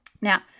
Now